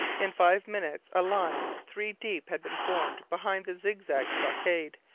in five minutes a line three-deep had been formed behind the zigzag stockade,